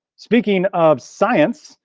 speaking of science,